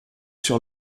sur